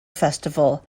festival